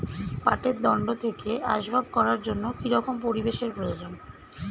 পাটের দণ্ড থেকে আসবাব করার জন্য কি রকম পরিবেশ এর প্রয়োজন?